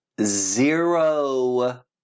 zero